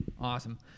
Awesome